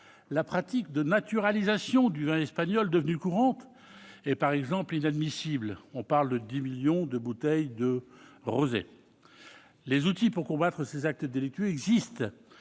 La pratique de la naturalisation du vin espagnol, devenue courante, est ainsi inadmissible : on parle de 10 millions de bouteilles de rosé ! Les outils pour combattre ces actes délictueux existent.